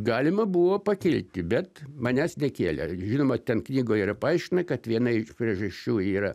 galima buvo pakilti bet manęs nekėlė žinoma ten knygoj yra paaiškina kad viena iš priežasčių yra